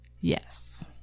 Yes